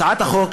הצעת החוק,